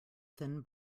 thin